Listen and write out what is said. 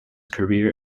career